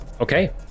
Okay